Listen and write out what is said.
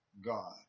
God